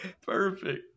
perfect